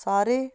ਸਾਰੇ